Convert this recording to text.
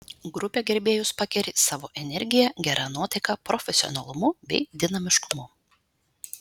grupė gerbėjus pakeri savo energija gera nuotaika profesionalumu bei dinamiškumu